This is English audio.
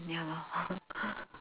ya lor